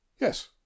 Yes